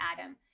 Adam